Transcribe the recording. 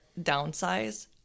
downsize